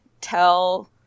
tell